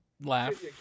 laugh